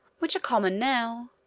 which are common now,